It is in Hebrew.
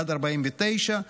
עד 49,